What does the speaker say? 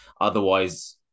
Otherwise